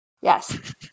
Yes